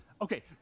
Okay